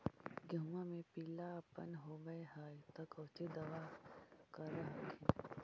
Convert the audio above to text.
गोहुमा मे पिला अपन होबै ह तो कौची दबा कर हखिन?